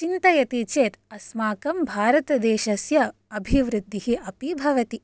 चिन्तयति चेत् अस्माकं भारतदेशस्य अभिवृद्धिः अपि भवति